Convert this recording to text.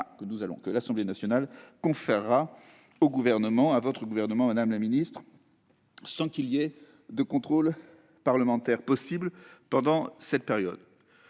que l'Assemblée nationale s'apprête à conférer à votre gouvernement, madame la ministre, sans qu'il y ait de contrôle parlementaire possible pendant cette période.